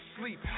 sleep